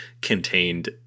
contained